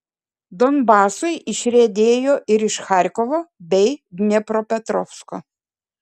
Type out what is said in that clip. donbasui išriedėjo ir iš charkovo bei dniepropetrovsko